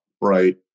right